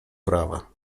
prawa